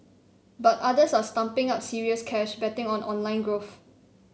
but others are stumping up serious cash betting on online growth